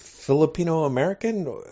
filipino-american